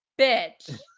bitch